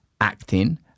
acting